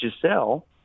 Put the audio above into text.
Giselle